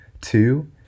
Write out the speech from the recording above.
two